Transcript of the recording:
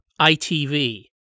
ITV